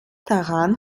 daran